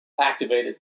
activated